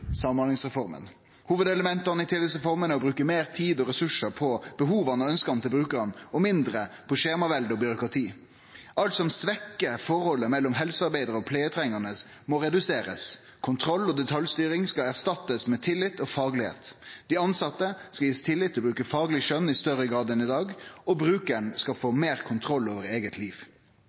på. Hovudelementa i tillitsreforma er å bruke meir tid og ressursar på behova og ønska til brukarane og mindre på skjemavelde og byråkrati. Alt som svekkjer forholdet mellom helsearbeidar og pleietrengande, må reduserast – kontroll og detaljstyring skal erstattast med tillit og faglegheit. Dei tilsette må få tillit til å bruke fagleg skjønn i større grad enn i dag, og brukaren skal få meir kontroll over eige liv.